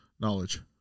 knowledge